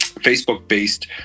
Facebook-based